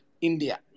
India